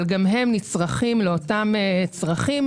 אבל גם הם נצרכים לאותם צרכים.